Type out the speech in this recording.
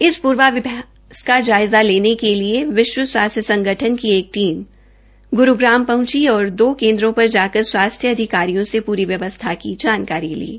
इस पूर्वाभ्यास का जायज़ा लेने के लिए विश्व स्वास्थ्य संगठन की एक टीम ग्रूग्राम पहंची और दो केन्द्रो पर जाकर स्वास्थ्य अधिकारियों से पूरी व्यवस्था की जा रही है